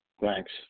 Thanks